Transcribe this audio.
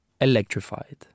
electrified